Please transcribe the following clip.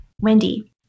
Wendy